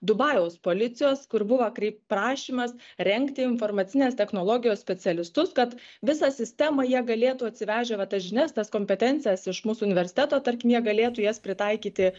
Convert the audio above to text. dubajaus policijos kur buvo prašymas rengti informacinės technologijos specialistus kad visą sistemą jie galėtų atsivežę va tas žinias tas kompetencijas iš mūsų universiteto tarkim jie galėtų jas pritaikyti